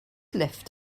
lifft